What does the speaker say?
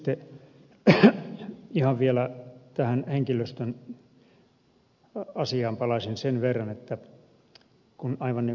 ihan vielä tähän henkilöstön asiaan palaisin sen verran että kun aivan niin kuin ed